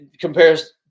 compares